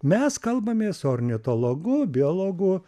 mes kalbamės su ornitologu biologu